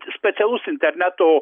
specialus interneto